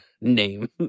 name